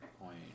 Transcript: point